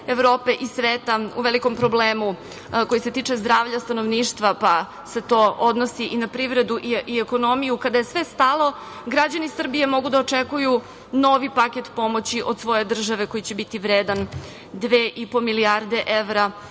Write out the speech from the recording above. Evrope i sveta u velikom problemu koji se tiče zdravlja stanovništva, pa se to odnosi i na privredu i ekonomiju, kada je sve stalo, građani Srbije mogu da očekuju novi paket pomoći od svoje države koji će biti vredan 2,5 milijarde evra